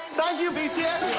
thank you